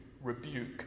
rebuke